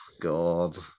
God